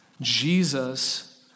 Jesus